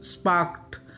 sparked